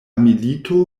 milito